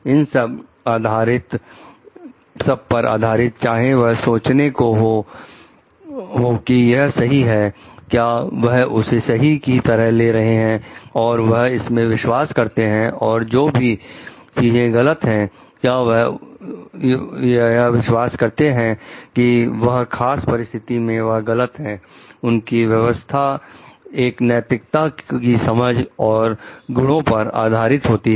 इन सब पर आधारित चाहे वह सोचते हो कि यह सही है क्या वह उसे सही की तरह ले रहे हैं और वह इसमें विश्वास करते हैं औरजो भी चीजें गलत है क्या वह यह विश्वास करते हैं कि उस खास परिस्थिति में वह गलत है उनके व्यवस्था एक नैतिकता की समझ और गुणों पर आधारित होती है